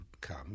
come